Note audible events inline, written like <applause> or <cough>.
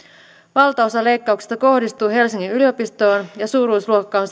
valtaosa leikkauksista kohdistuu helsingin yliopistoon ja suuruusluokka on <unintelligible>